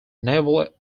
naval